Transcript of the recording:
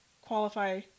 qualify